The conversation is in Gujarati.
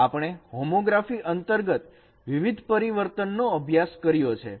આપણે હોમોગ્રાફી અંતર્ગત વિવિધ પરિવર્તનનો અભ્યાસ કર્યો છે